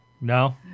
No